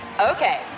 Okay